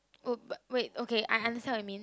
oh but wait okay I answer you mean